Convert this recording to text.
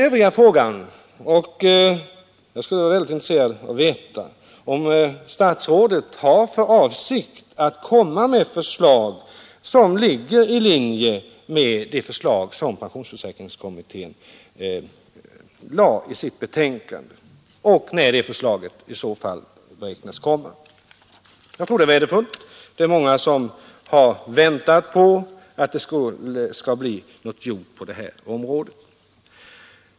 Jag skulle vara intresserad av att få veta om statsrådet har för avsikt att även i Övrigt lägga fram ett förslag med anledning av pensionsförsäkringskommitténs betänkande och i så fall när förslaget kan beräknas komma. Jag tror det vore värdefullt med ett sådant förslag — det är många som väntar på att någonting skall bli gjort på detta område.